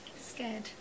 Scared